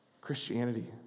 Christianity